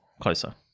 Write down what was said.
closer